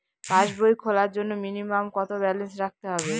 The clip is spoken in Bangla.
পাসবই খোলার জন্য মিনিমাম কত ব্যালেন্স রাখতে হবে?